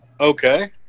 Okay